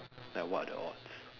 like what are the odds